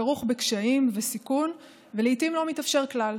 כרוכות בקשיים וסיכון ולעיתים לא מתאפשרות כלל.